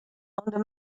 under